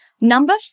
Number